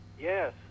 Yes